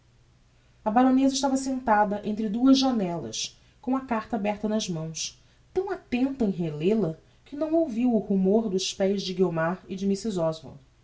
a baroneza estava sentada entre duas janellas com a carta aberta nas mãos tão attenta em relel a que não ouviu o rumor dos pés de guiomar e de